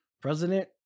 President